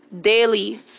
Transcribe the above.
daily